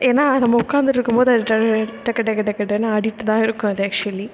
ஏன்னால் நாம் உட்காந்துடுருக்கும் போது ட டக டக டக கடன்னு ஆடிகிட்டுதான் இருக்கும் அது அக்சுவலி